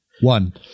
One